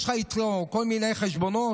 יש לך אצלו כל מיני חשבונות?